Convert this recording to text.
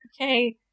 Okay